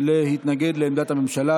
להתנגד לעמדת הממשלה.